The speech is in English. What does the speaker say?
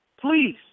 Please